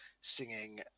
singing